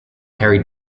harry